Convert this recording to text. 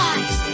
Eyes